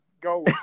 go